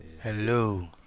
Hello